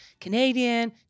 Canadian